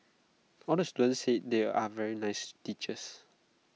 all the students said they are very nice teachers